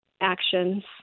actions